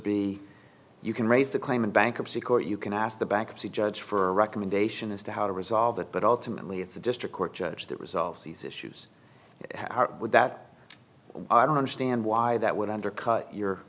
be you can raise the claim in bankruptcy court you can ask the bankruptcy judge for a recommendation as to how to resolve it but ultimately it's a district court judge that resolves these issues with that i don't understand why that would undercut your